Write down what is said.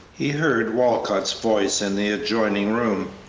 he heard walcott's voice in the adjoining room.